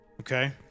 okay